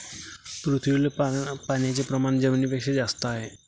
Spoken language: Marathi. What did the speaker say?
पृथ्वीवरील पाण्याचे प्रमाण जमिनीपेक्षा जास्त आहे